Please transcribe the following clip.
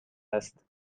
است